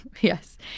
Yes